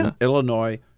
Illinois